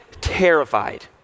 Terrified